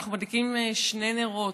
אנחנו מדליקים שני נרות: